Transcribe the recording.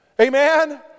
Amen